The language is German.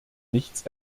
nichts